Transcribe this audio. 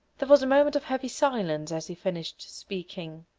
there was a moment of heavy silence as he finished speaking.